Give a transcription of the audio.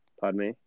Padme